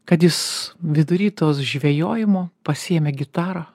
kad jis vidury tos žvejojimo pasiėmė gitarą